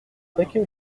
paquet